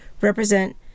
represent